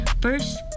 First